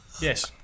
Yes